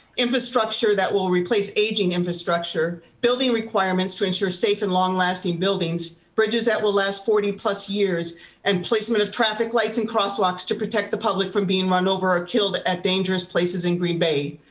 infrastructure that will replace aging infrastructure, building requirements to ensure safe and long lasting buildings, buildings, bridges that will last forty plus years and placement of traffic lights and crosswalks to protect the public from being run over or killed at dangerous places in green bay,